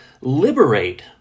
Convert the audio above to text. liberate